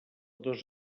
dos